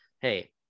Hey